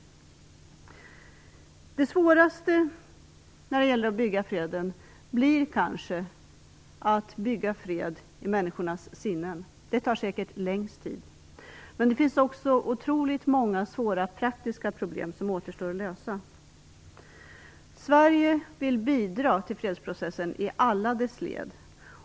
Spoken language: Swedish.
Det svåraste med att bygga freden blir kanske att bygga fred i människornas sinnen. Det tar säkert längst tid. Otroligt många och svåra praktiska problem återstår också att lösa. Sverige vill bidra till fredsprocessen i alla dess led.